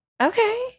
Okay